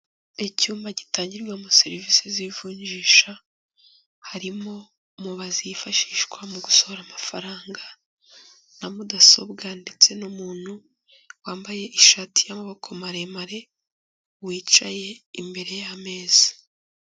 Icyuma gitangirwamo serivisi z'ivunjisha. Harimo mubazi yifashishwa mu gusohora amafaranga, na mudasobwa, ndetse n'umuntu wambaye ishati y'amaboko maremare, wicaye imbere y'ameza.